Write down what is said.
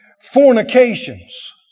fornications